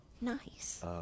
Nice